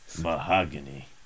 Mahogany